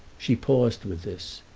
she paused with this,